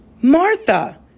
Martha